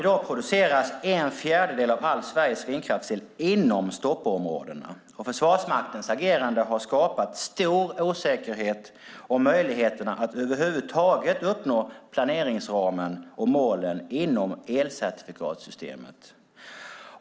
I dag produceras en fjärdedel av all Sveriges vindkraftsel inom stoppområdena. Försvarsmaktens agerande har skapat stor osäkerhet om möjligheterna att över huvud taget uppnå planeringsramen och målen inom elcertifikatssystemet.